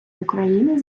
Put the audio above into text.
україни